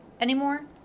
anymore